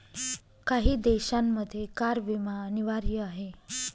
काही देशांमध्ये कार विमा अनिवार्य आहे